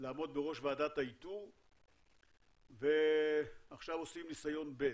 לעמוד בראש ועדת האיתור ועכשיו עושים ניסיון ב'.